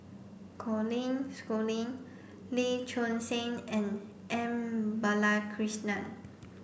Colin Schooling Lee Choon Seng and M Balakrishnan